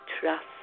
trust